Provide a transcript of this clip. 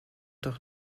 doch